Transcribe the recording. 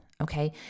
Okay